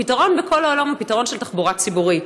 הפתרון בכל העולם הוא פתרון של תחבורה ציבורית.